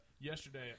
yesterday